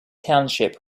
township